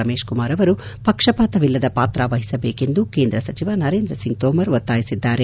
ರಮೇಶ್ ಕುಮಾರ್ ಅವರು ಪಕ್ಷಪಾತವಿಲ್ಲದ ಪಾತ್ರ ವಹಿಸಬೇಕು ಎಂದು ಕೇಂದ್ರ ಸಚಿವ ನರೇಂದ್ರ ಸಿಂಗ್ ತೋಮರ್ ಒತ್ತಾಯಿಸಿದ್ದಾರೆ